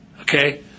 Okay